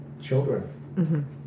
children